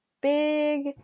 big